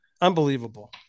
unbelievable